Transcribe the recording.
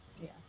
Yes